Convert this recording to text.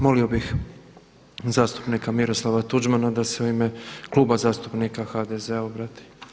Molio bih zastupnika Miroslava Tuđmana da se u ime Kluba zastupnika HDZ-a obrati.